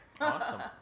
Awesome